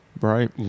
right